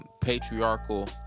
patriarchal